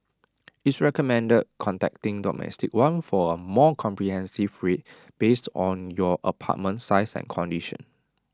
it's recommended contacting domestic one for A more comprehensive rate based on your apartment size and condition